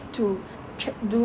to cha~ do